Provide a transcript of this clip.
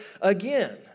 again